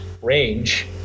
range